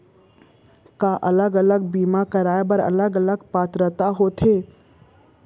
का अलग अलग बीमा कराय बर अलग अलग पात्रता होथे?